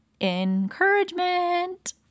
encouragement